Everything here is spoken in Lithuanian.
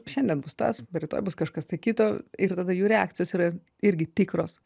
šiandien bus tas rytoj bus kažkas tai kito ir tada jų reakcijos yra irgi tikros